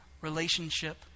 relationship